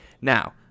Now